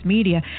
Media